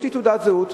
יש לי תעודת זהות.